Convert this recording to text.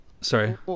Sorry